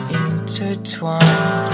intertwined